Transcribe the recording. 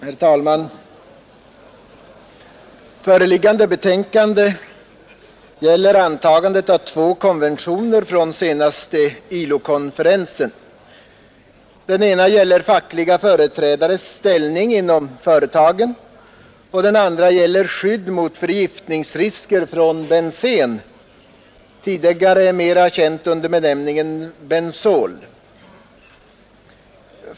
Herr talman! Föreliggande betänkande gäller antagandet av två konventioner från den senaste ILO-konferensen. Den ena gäller fackliga företrädares ställning inom företagen och den andra skydd mot förgiftningsrisker från bensen, tidigare mera känt under benämningen bensol.